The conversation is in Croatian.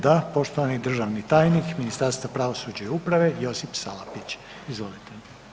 Da, poštovani državni tajnik iz Ministarstva pravosuđa i uprave Josip Salapić, izvolite.